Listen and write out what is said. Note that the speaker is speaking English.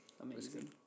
amazing